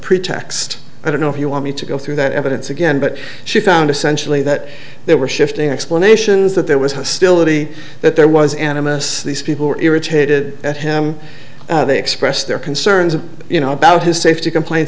pretext i don't know if you want me to go through that evidence again but she found essentially that there were shifting explanations that there was still ity that there was animists these people were irritated at him they expressed their concerns you know about his safety complaints